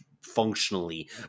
functionally